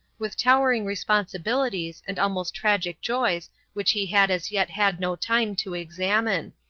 with towering responsibilities and almost tragic joys which he had as yet had no time to examine.